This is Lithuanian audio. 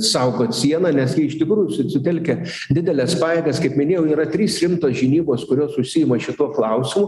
saugot sieną nes jie iš tikrųjų su sutelkę dideles pajėgas kaip minėjau yra trys rimtos žinybos kurios užsiima šituo klausimu